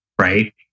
Right